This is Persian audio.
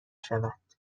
شود